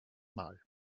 mal